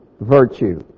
virtue